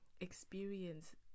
experience